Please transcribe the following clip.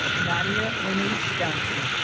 nadia lynice johnson